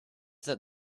that